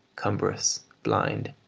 cumbrous, blind,